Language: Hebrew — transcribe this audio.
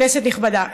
כנסת נכבדה,